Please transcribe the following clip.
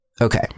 Okay